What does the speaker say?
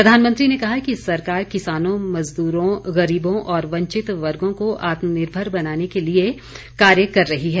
प्रधानमंत्री ने कहा कि सरकार किसानों मजदूरों गरीबों और वंचित वर्गों को आत्मनिर्भर बनाने के लिए कार्य कर रही है